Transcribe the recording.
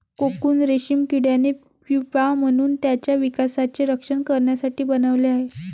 cocoon रेशीम किड्याने pupa म्हणून त्याच्या विकासाचे रक्षण करण्यासाठी बनवले आहे